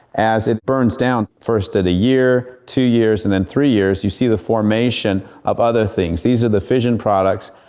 as it burns down, first at a year, two years, and then three years you see the formation of other things. these are the fission products,